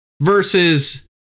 versus